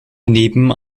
neben